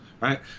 right